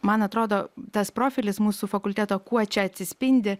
man atrodo tas profilis mūsų fakulteto kuo čia atsispindi